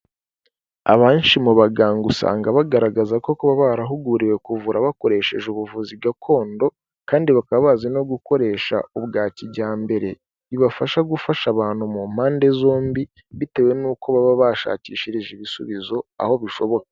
Abenshi mu baganga usanga bagaragaza ko kuba barahuguriwe kuvura bakoresheje ubuvuzi gakondo, kandi bakaba bazi no gukoresha ubwa kijyambere, bibafasha gufasha abantu mu mpande zombi bitewe n'uko baba bashakishirije ibisubizo aho bishoboka.